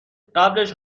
قبلش